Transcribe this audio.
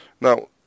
Now